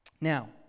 Now